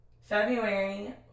February